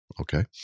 Okay